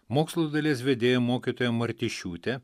mokslus dalies vedėja mokytoja martišiūtė